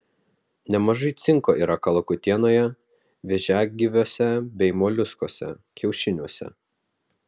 nemažai cinko yra kalakutienoje vėžiagyviuose bei moliuskuose kiaušiniuose